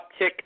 uptick